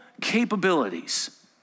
capabilities